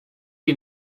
you